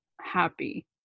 happy